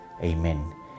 Amen